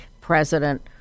president